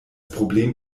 problem